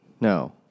No